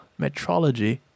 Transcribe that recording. metrology